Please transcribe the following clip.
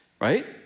Right